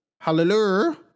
Hallelujah